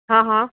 હં હં